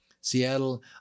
Seattle